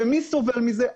מי סובל מזה?